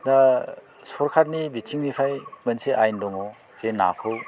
दा सरकारनि बिथिंनिफ्राय मोनसे आयेन दङ जे नाखौ